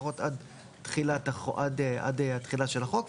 לפחות עד התחילה של החוק.